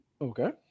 Okay